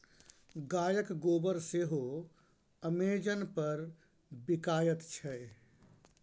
गायक गोबर सेहो अमेजन पर बिकायत छै